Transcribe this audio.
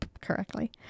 correctly